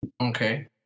Okay